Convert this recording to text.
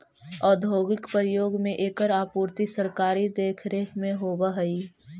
औद्योगिक प्रयोग में एकर आपूर्ति सरकारी देखरेख में होवऽ हइ